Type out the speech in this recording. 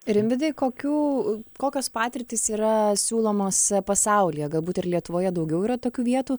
rimvydai kokių kokios patirtys yra siūlomos pasaulyje galbūt ir lietuvoje daugiau yra tokių vietų